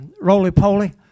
roly-poly